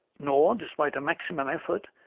nor, despite a maximum effort,